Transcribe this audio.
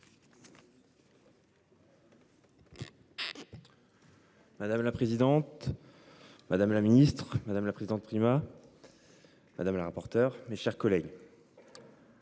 Madame la présidente. Madame la ministre, madame la présidente Prima. Madame la rapporteur, mes chers collègues.